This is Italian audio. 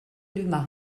dumas